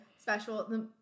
special